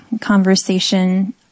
conversation